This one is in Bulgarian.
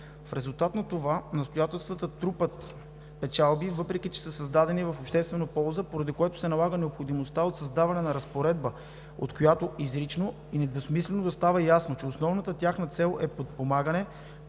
В резултат на това настоятелствата трупат печалби, въпреки че са създадени в обществена полза, поради което се налага необходимостта от създаване на разпоредба, от която изрично и недвусмислено да става ясно, че основната тяхна цел е подпомагане,